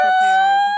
prepared